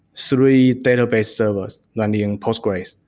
three database servers running postgres,